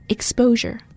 Exposure